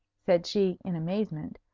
said she, in amazement.